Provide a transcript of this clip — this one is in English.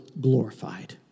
glorified